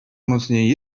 mocniej